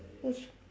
oh